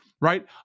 Right